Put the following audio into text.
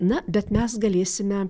na bet mes galėsime